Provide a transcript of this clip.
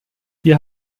wir